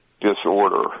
disorder